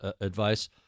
advice